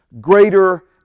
greater